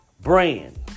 brand